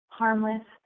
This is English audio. harmless